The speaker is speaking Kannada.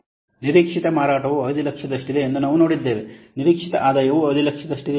ನೋಡಿ ನಿರೀಕ್ಷಿತ ಮಾರಾಟವು 500000 ರಷ್ಟಿದೆ ಎಂದು ನಾವು ನೋಡಿದ್ದೇವೆ ನಿರೀಕ್ಷಿತ ಆದಾಯವು 500000 ರಷ್ಟಿದೆ ಎಂದು ನಾವು ಈಗಾಗಲೇ ನೋಡಿದ್ದೇವೆ